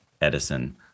Edison